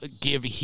give